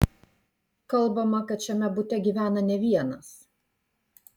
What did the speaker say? kalbama kad šiame bute gyvena ne vienas